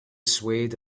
swayed